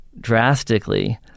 drastically